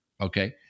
Okay